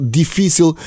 difícil